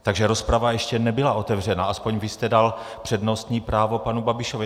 Takže rozprava ještě nebyla otevřena, aspoň vy jste dal přednostní právo panu Babišovi.